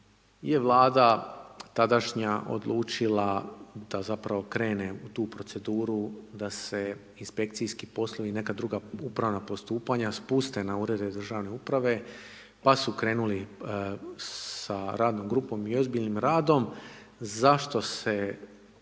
Vlada tadašnja odlučila da zapravo krene u tu proceduru da se inspekcijski poslovi, neka druga upravna postupanja spuste na Urede državne uprave, pa su krenuli sa radnom grupom i ozbiljnim radom. Zašto ta